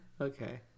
Okay